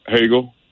Hagel